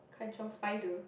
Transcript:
kanchiong spider